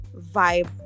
vibe